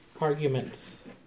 arguments